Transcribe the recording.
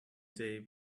day